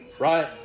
right